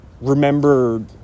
remember